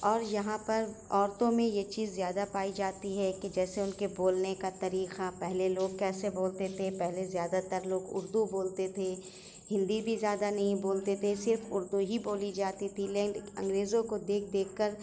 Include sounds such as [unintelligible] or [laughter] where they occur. اور یہاں پر عورتوں میں یہ چیز زیادہ پائی جاتی ہے کہ جیسے ان کے بولنے کا طریقہ پہلے لوگ کیسے بولتے تھے پہلے زیادہ تر لوگ اردو بولتے تھے ہندی بھی زیادہ نہیں بولتے تھے صرف اردو ہی بولی جاتی تھی [unintelligible] انگریزوں کو دیکھ دیکھ کر